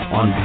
on